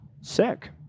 sick